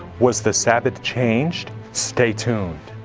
was the sabbath changed? stay tuned!